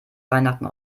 weihnachten